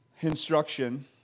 instruction